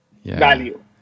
value